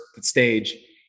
stage